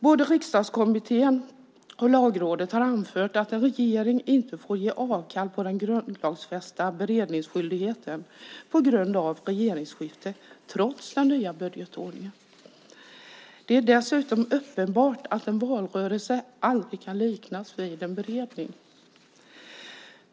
Både Riksdagskommittén och Lagrådet har anfört att en regering inte får ge avkall på den grundlagsfästa beredningsskyldigheten på grund av regeringsskifte trots den nya budgetordningen. Det är dessutom uppenbart att en valrörelse aldrig kan liknas vid en beredning.